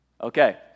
Okay